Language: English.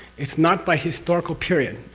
it's not by historical period.